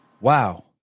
Wow